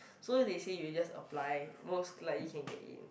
so they say if you just apply most likely can get in